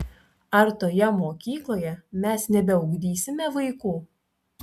ar toje mokykloje mes nebeugdysime vaikų